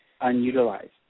unutilized